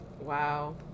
Wow